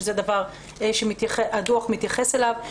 שזה דבר שהדוח מתייחס אליו.